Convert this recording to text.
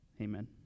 Amen